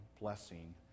blessing